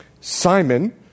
Simon